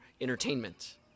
entertainment